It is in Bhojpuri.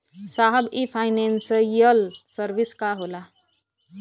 साहब इ फानेंसइयल सर्विस का होला?